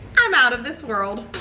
i'm out of this world.